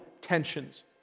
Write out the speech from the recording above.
tensions